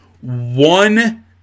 one